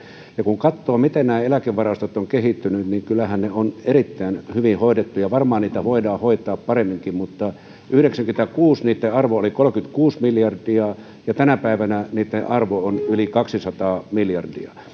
ja kun katsoo miten nämä eläkevarastot ovat kehittyneet niin kyllähän ne ovat erittäin hyvin hoidettuja varmaan niitä voidaan hoitaa paremminkin mutta vuonna yhdeksänkymmentäkuusi niitten arvo oli kolmekymmentäkuusi miljardia ja tänä päivänä niitten arvo on yli kaksisataa miljardia